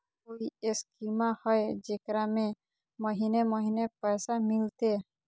कोइ स्कीमा हय, जेकरा में महीने महीने पैसा मिलते?